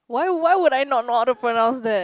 why why would I know know how to pronounce that